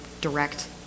direct